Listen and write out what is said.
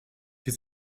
wir